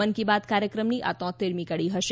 મન કી બાત કાર્યક્રમની આ તોત્તેરમી કડી હશે